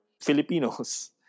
Filipinos